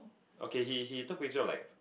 okay he he took picture of like